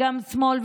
גם שמאל,